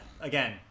Again